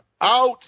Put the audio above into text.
out